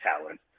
talent